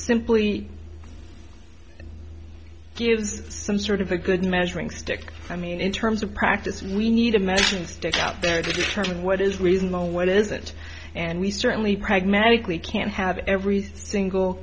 simply gives some sort of a good measuring stick i mean in terms of practice we need a measuring stick out there to determine what is reasonable what is it and we certainly pragmatically can't have everything single